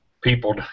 People